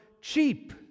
cheap